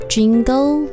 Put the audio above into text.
Jingle